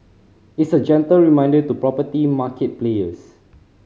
it's a gentle reminder to property market players